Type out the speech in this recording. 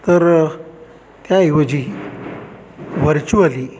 तर त्याऐवजी व्हर्च्युअली